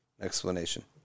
explanation